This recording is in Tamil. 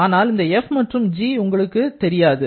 ஆனால் இந்த F மற்றும் G உங்களுக்கு தெரியாது